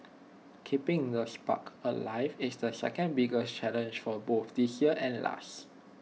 keeping the spark alive is the second biggest challenge for both this year and last